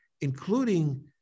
including